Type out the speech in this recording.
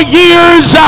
years